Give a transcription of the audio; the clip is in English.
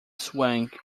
swung